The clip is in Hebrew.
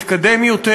מתקדם יותר,